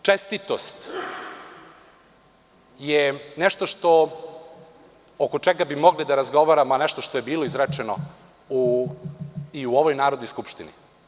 Politička čestitost je nešto što oko čega bi mogli da razgovaramo, a nešto što je bilo izrečeno i u ovoj Narodnoj skupštini.